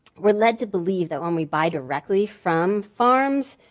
we're led to believe that when we buy directly from farms,